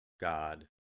God